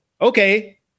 okay